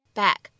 back